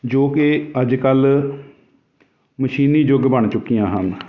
ਜੋ ਕਿ ਅੱਜ ਕੱਲ੍ਹ ਮਸ਼ੀਨੀ ਯੁੱਗ ਬਣ ਚੁੱਕੀਆਂ ਹਨ